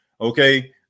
Okay